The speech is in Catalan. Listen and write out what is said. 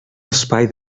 espai